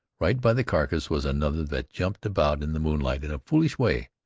right by the carcass was another that jumped about in the moonlight in a foolish way.